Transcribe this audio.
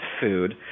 food